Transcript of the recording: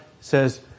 says